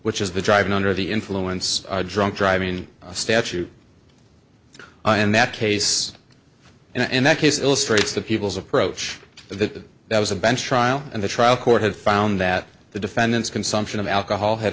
which is the driving under the influence drunk driving statute and that case in that case illustrates the people's approach that that was a bench trial and the trial court had found that the defendant's consumption of alcohol had